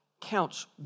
counts